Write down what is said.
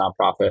nonprofit